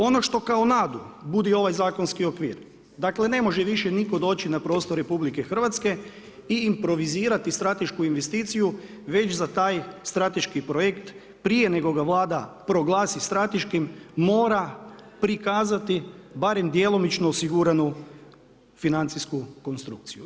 Ono što kao nadu budi ovaj zakonski okvir, dakle ne može više niko doći na prostor RH i improvizirati stratešku investiciju, već za taj strateški projekt prije nego ga Vlada proglasi strateškim mora prikazati barem djelomično osiguranu financijsku konstrukciju.